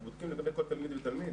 אנחנו בודקים לגבי כל תלמיד ותלמיד.